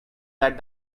that